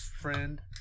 friend